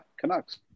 canucks